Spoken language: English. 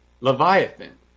leviathan